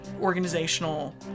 organizational